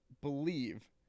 believe